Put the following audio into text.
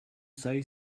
say